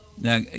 Now